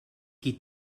qui